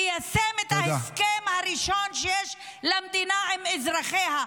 תיישם את ההסכם הראשון שיש למדינה עם אזרחיה,